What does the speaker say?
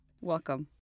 Welcome